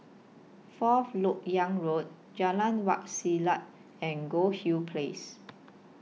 Fourth Lok Yang Road Jalan Wak Selat and Goldhill Place